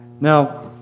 Now